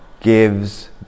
gives